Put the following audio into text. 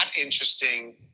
interesting